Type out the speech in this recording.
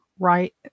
Right